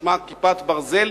ששמה "כיפת ברזל",